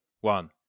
one